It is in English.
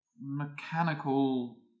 Mechanical